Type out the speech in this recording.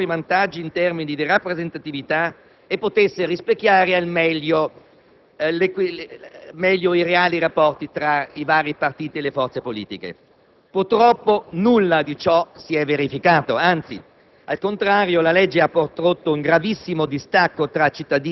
che esso potesse garantire maggiori vantaggi in termini di rappresentatività e che potesse rispecchiare meglio i reali rapporti tra i vari partiti e le forze politiche. Purtroppo nulla di ciò si è verificato, anzi,